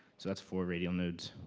so that's four radial nodes.